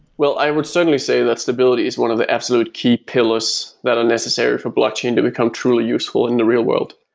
well, i would certainly say that stability is one of the absolute key pillars that are necessary for blockchain to become truly useful in the real world.